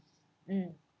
um